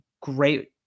great